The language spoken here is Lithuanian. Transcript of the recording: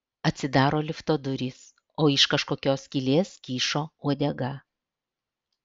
atsidaro lifto durys o iš kažkokios skylės kyšo uodega